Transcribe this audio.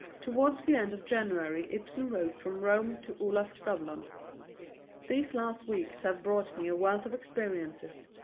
towards the end of january ibsen wrote from rome to olaf skavlan these last weeks have brought me a wealth of experiences,